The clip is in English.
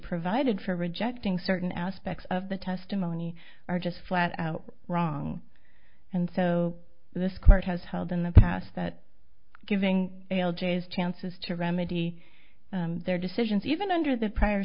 provided for rejecting certain aspects of the testimony are just flat out wrong and so this court has held in the past that giving l g s chances to remedy their decisions even under the prior